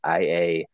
IA